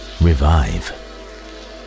revive